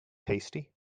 tasty